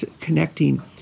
connecting